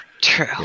True